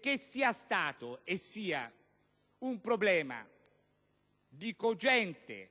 Che sia stato e sia un problema di cogente